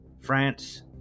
France